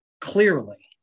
clearly